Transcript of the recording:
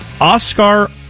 Oscar